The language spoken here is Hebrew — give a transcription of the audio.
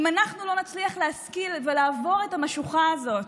אם אנחנו לא נצליח להשכיל ולעבור את המשוכה הזאת,